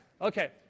Okay